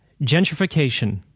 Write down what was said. gentrification